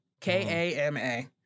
K-A-M-A